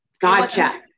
gotcha